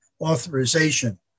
authorization